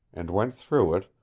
and went through it,